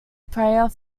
prayer